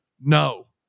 no